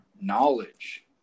knowledge